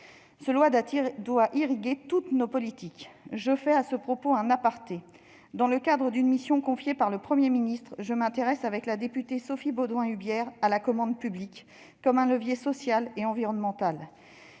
Cela doit irriguer toutes nos politiques. À ce propos, je fais un aparté. Dans le cadre d'une mission confiée par le Premier ministre, je m'intéresse avec la députée Sophie Beaudouin-Hubiere à la commande publique comme levier social et environnemental.